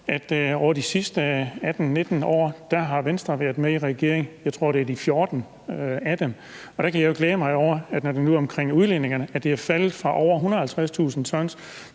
at over de sidste 18-19 år har Venstre været med i regering i de 14 af dem, tror jeg det er. Der kan jeg jo glæde mig over, når det nu drejer sig om udledningerne, at det er faldet fra over 150.000 t